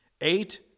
Eight